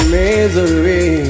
misery